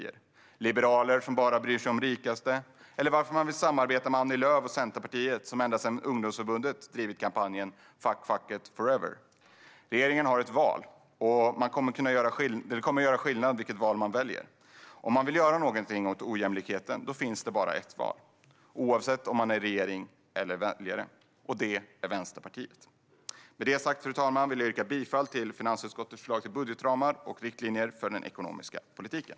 Varför vill man samarbeta med Liberalerna som bara bryr sig om de rikaste, och varför vill man samarbeta med Annie Lööf och Centerpartiet som ända sedan ungdomsförbundet drivit kampanjen Fuck facket forever? Regeringen har ett val, och det kommer att göra skillnad vilket val man gör. Om man vill göra någonting åt ojämlikheten finns det bara ett val, oavsett om man är regering eller väljare, och det är Vänsterpartiet. Fru talman! Med detta sagt yrkar jag bifall till finansutskottets förslag till budgetramar och riktlinjer för den ekonomiska politiken.